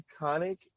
iconic